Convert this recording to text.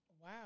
Wow